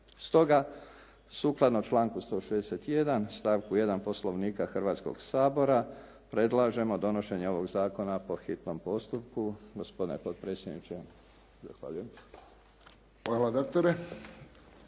Stoga sukladno članku 161. stavku 1. Poslovnika Hrvatskog sabora predlažemo donošenje ovog zakona po hitnom postupku. Gospodine potpredsjedniče zahvaljujem.